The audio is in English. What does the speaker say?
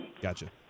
Gotcha